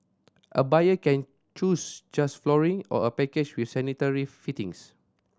a buyer can choose just flooring or a package with sanitary fittings